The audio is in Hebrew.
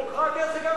דמוקרטיה זה גם,